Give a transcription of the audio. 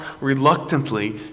reluctantly